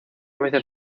veces